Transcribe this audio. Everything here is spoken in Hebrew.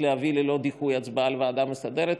להביא ללא דיחוי הצבעה על ועדה מסדרת,